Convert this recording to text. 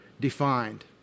defined